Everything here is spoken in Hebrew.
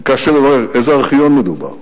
ביקשתי לברר: באיזה ארכיון מדובר?